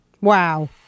Wow